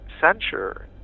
censure